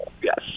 Yes